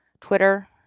twitter